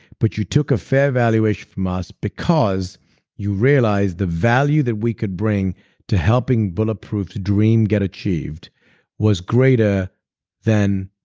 but you took a fair valuation from us because you realize the value that we could bring to helping bulletproof's dream get achieved was greater than